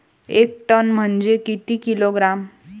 एक टन म्हनजे किती किलोग्रॅम?